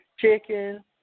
chicken